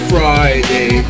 Friday